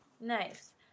Nice